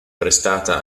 prestata